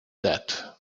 that